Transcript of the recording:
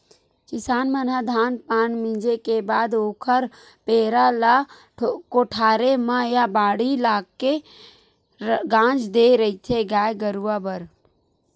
किसान मन ह धान पान ल मिंजे के बाद ओखर पेरा ल कोठारे म या बाड़ी लाके के गांज देय रहिथे गाय गरुवा बर